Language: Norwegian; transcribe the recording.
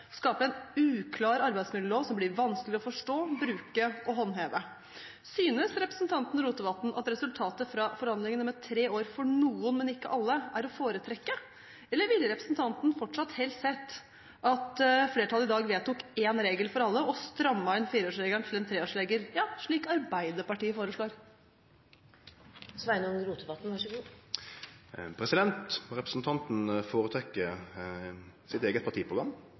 skape en uklar arbeidsmiljølov som blir vanskelig å forstå, bruke og håndheve. Synes representanten Rotevatn at resultatet fra forhandlingene med tre år for noen, men ikke for alle, er å foretrekke, eller ville representanten fortsatt helst sett at flertallet i dag vedtok én regel for alle og strammet inn fireårsregelen til en treårsregel, slik Arbeiderpartiet foreslår? Representanten føretrekkjer sitt eige partiprogram.